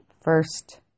first